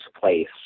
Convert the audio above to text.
place